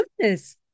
goodness